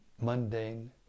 mundane